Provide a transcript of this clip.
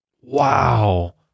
Wow